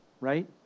right